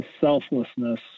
selflessness